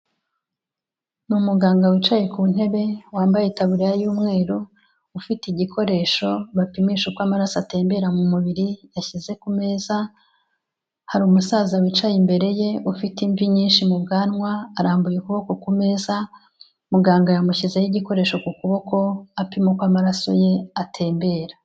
Ni umuganga wicaye ku ntebe wambaye itaburiya y'umweru ufite igikoresho bapimisha uko amaraso atembera mu mubiri yashyize ku meza, hari umusaza wicaye imbere ye ufite imvi nyinshi mu bwanwa, arambuye ukuboko ku meza, muganga yamushyizeho igikoresho ku kuboko, apima uko amaraso ye atembera.